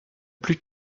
plus